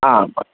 आम्